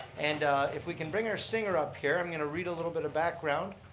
and if we can bring our singer up here, i'm going to read a little bit of background.